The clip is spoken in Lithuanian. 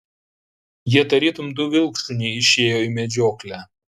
jie tarytum du vilkšuniai išėjo į medžioklę